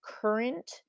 current